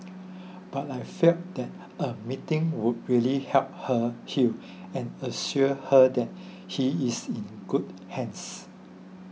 but I felt that a meeting would really help her heal and assure her that he is in good hands